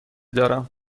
دارم